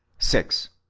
six.